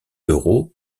euros